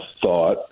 thought